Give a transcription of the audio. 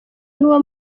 n’uwo